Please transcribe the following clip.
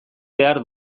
behar